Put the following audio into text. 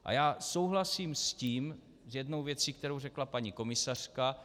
A já souhlasím s jednou věcí, kterou řekla paní komisařka.